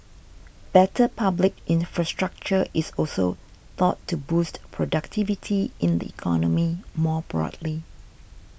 better public infrastructure is also thought to boost productivity in the economy more broadly